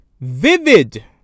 vivid